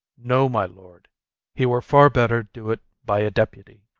no, my lord he were far better do it by a deputy.